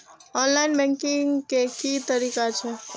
Online banking के की तरीका छै?